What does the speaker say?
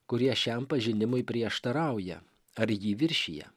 kurie šiam pažinimui prieštarauja ar jį viršija